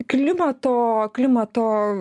klimato klimato